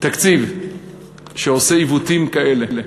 תקציב שעושה עיוותים כאלה,